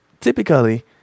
typically